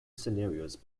scenarios